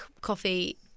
coffee